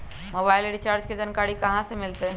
Mobile recharge के जानकारी कहा से मिलतै?